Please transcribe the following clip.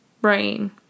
brain